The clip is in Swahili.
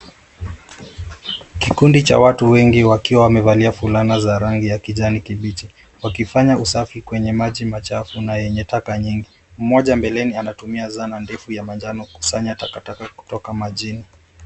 Kikundi cha watu wengi wakiwa wamevalia fulana za rangi ya kijani kibichi wakifanya usafi kwenye maji machafu na yenye taka nyingi. Mmoja mbeleni anatumia zana ndefu ya manjano kukusanya taka taka kutoka majini.